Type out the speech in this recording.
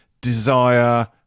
Desire